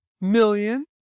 million